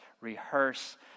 rehearse